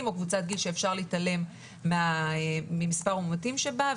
או קבוצת גיל שאפשר להתעלם ממספר המאומתים שבה,